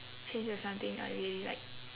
change to something I really like